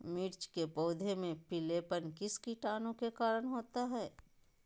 मिर्च के पौधे में पिलेपन किस कीटाणु के कारण होता है?